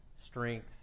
Strength